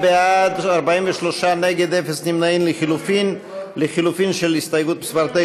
ההסתייגות לחלופין של חבר הכנסת